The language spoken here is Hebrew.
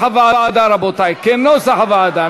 2015, כנוסח הוועדה.